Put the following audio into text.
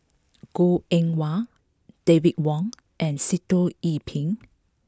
Goh Eng Wah David Wong and Sitoh Yih Pin